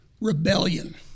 Rebellion